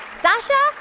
sasha,